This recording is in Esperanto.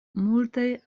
multaj